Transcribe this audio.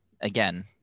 Again